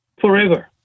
forever